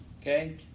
okay